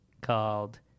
called